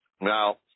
Now